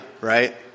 right